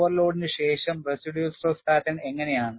ഓവർലോഡിന് ശേഷം residual stress pattern എങ്ങനെയാണ്